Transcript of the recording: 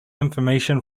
information